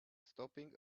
stopping